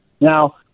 Now